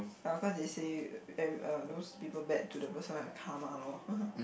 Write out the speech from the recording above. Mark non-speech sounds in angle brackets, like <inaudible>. uh cause they say uh those people bad to the person will have karma loh <laughs>